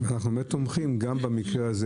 אנחנו באמת תומכים גם במקרה הזה.